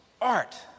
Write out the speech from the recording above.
art